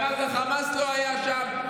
אז גם חמאס לא היה שם,